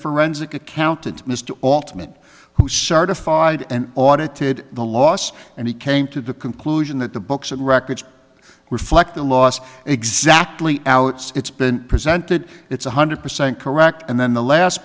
forensic accountant mr altman who certified and audited the loss and he came to the conclusion that the books and records reflect the loss exactly out's it's been presented it's one hundred percent correct and then the last